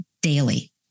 daily